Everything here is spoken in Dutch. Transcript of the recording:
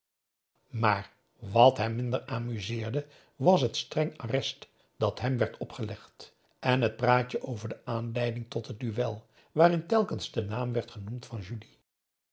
maar wat hem minder amuseerde was het streng arrest dat hem werd opgelegd en het praatje over de aanleiding tot het duel waarin telkens de naam werd genoemd van julie